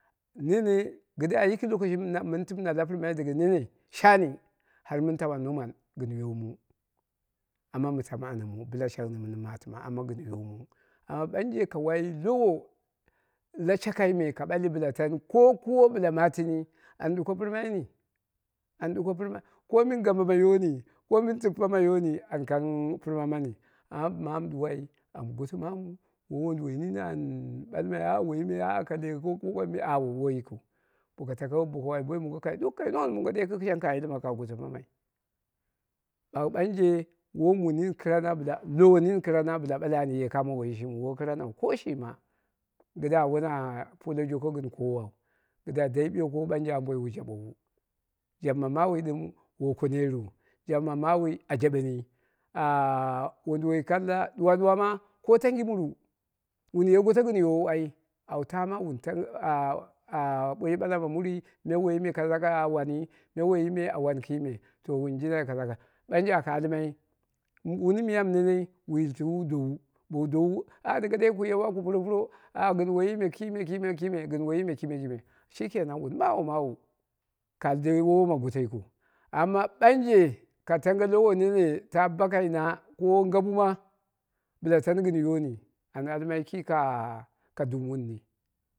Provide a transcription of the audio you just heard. Kɨdda yiki mɨn tɨmna lapɨrmai gɨn nene shani han mɨn taama. Numan gɨn yoomu amma mɨ tamu anomu bɨla shagni mɨn matima amma gɨn yoomu amma ɓanje ka wai lowo la shakai me ka bali bɨla taani ko kuwo bɨla matɨni an ɗuko pɨrma yini, an ɗuko pɨrma komin gambe gambe yooni, komi tippa ma yooni an kang pɨrmamani amma mamu duwai am goto mamu woi won duwoi nini an ɓalmai, ah ka legheko ko kuwa woi wonduwoi yikin boko tako ka boi mongo kai duk ka noon mongo ɗe kɨkɨ shang ka yilma ka goto mammai ɓagh ɓanje mu nin, karana bila lowo nini kɨrana bɨla ɓale an ye kamo woiy shimin ko shi ma. Kɨdda woi wun pulle joko ko kowau kɨdda amboi ɓanjekap wu jaɓowu, jaɓɨma maawui ɗɨm woi ko neru, jaɓɨma maawui a jabeni ahh wonduwol kalla ɗuwa ɗuwa ko tangi muru wun ye goto gɨn yoowu ai au taama ah ah ah boi ɓala ma murui, me woiyi me kaza kaza a wani, me woiyi a wani kime kaza kaza ɓanje aka alma wuni miyam nene wu yiltuwu wu dowu bowu dowu ah ɗɨnga ɗɨngadei ah ku yawa ku puropuro gɨn woiyi me kime, kime kime kime shi kenan au ma womawu ka aldei woi woma goto yikiu. Amma ɓanje ka tange lowo kibonni nene ta bakaini ko ngabu ma bila tani gin yooni an almai ki ka duu murni